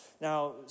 Now